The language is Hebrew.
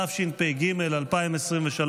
התשפ"ג 2023,